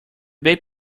baby